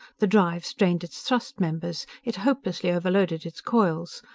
the drive strained its thrust-members. it hopelessly overloaded its coils.